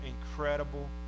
incredible